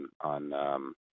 on